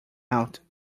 out